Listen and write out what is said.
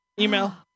Email